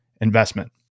investment